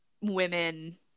women